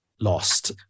lost